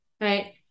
right